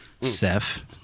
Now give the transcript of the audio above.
Seth